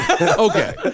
Okay